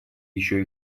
еще